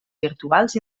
virtuals